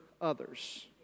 others